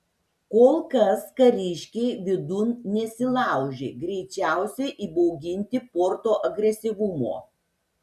kol kas kariškiai vidun nesilaužė greičiausiai įbauginti porto agresyvumo